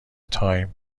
تایم